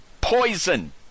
poison